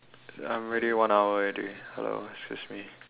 I'm already one hour already hello excuse me